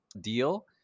deal